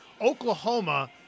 Oklahoma